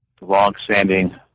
long-standing